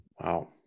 Wow